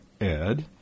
Ed